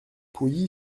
pouilly